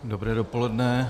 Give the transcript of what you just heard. Dobré dopoledne.